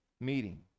meeting